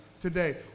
today